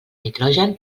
nitrogen